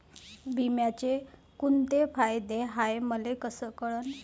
बिम्याचे कुंते फायदे हाय मले कस कळन?